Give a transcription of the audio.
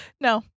No